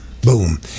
boom